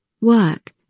Work